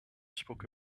spoke